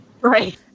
Right